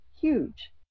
huge